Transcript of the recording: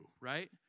right